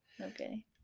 Okay